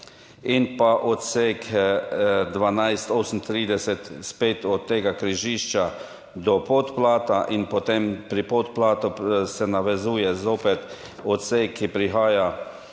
in pa odsek 1238, spet od tega križišča do Podplata, potem pa se pri Podplatu navezuje spet na odsek, ki prihaja